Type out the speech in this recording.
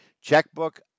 checkbook